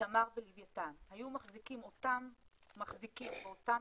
בתמר ובלווייתן היו מחזיקים אותם מחזיקים באותם